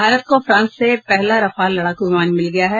भारत को फ्रांस से पहला रफाल लड़ाकू विमान मिल गया है